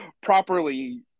properly